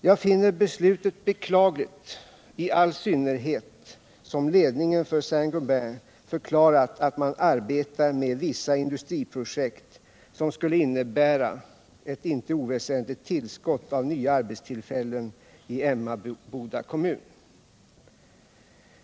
Jag finner beslutet beklagligt i all synnerhet som ledningen för Saint Gobain förklarat att man arbetar med vissa industriprojekt som skulle innebära ett inte oväsentligt tillskott av nya arbetstillfällen i Emmaboda kommun.